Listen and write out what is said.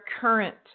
current